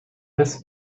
this